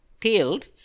tailed